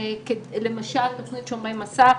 למשל תוכנית "שומרי מסך".